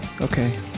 okay